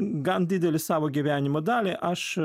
gan didelę savo gyvenimo dalį aš